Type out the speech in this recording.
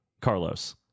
carlos